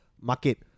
market